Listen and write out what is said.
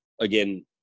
again